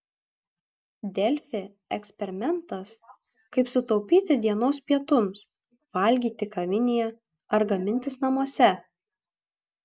delfi eksperimentas kaip sutaupyti dienos pietums valgyti kavinėje ar gamintis namuose